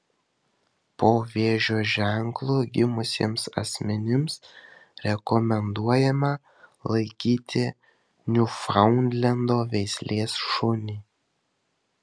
po vėžio ženklu gimusiems asmenims rekomenduojama laikyti niufaundlendo veislės šunį